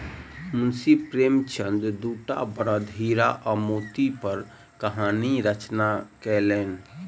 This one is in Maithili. मुंशी प्रेमचंदक दूटा बड़द हीरा आ मोती पर कहानी रचना कयलैन